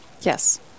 Yes